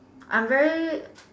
I'm very